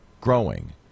growing